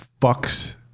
fucks